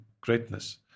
greatness